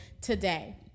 today